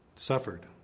suffered